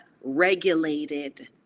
regulated